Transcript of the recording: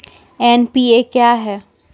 NPA क्या हैं?